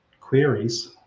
queries